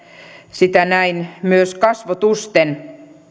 sitä näin myös kasvotusten